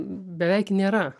beveik nėra